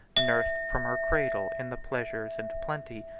nursed from her cradle in the pleasures and plenty,